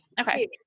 okay